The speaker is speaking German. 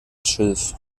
schilf